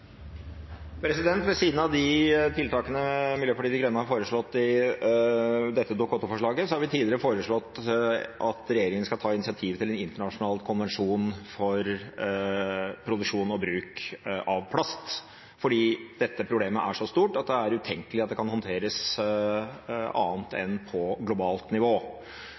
Ved siden av de tiltakene Miljøpartiet De Grønne har foreslått i dette Dokument 8-forslaget, har vi tidligere foreslått at regjeringen skal ta initiativ til en internasjonal konvensjon for produksjon og bruk av plast, fordi dette problemet er så stort at det er utenkelig at det kan håndteres annet enn på globalt nivå.